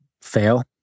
fail